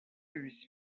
lui